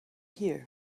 here